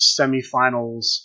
semifinals